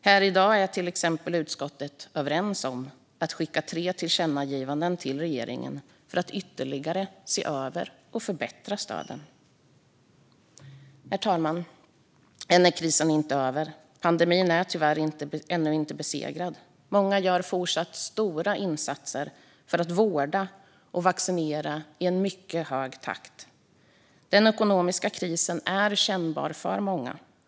Här i dag är till exempel utskottet överens om att skicka tre tillkännagivanden till regeringen för att ytterligare se över och förbättra stöden. Herr talman! Än är krisen inte över. Pandemin är tyvärr ännu inte besegrad. Många gör fortsatt stora insatser för att vårda och vaccinera i en mycket hög takt. Den ekonomiska krisen är kännbar för många.